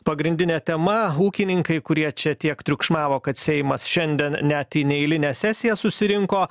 pagrindinė tema ūkininkai kurie čia tiek triukšmavo kad seimas šiandien net į neeilinę sesiją susirinko